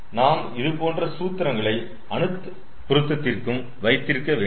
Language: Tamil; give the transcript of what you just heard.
நாம் இதுபோன்ற சூத்திரங்களை அனைத்து பொருத்ததிருக்கும் வைத்திருக்க வேண்டும்